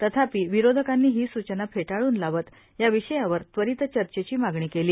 तथापि विरोधकांनी ही सूचना फेटाळून लावत या विषयावर त्वरित चर्चेची मागणी केली